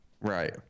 Right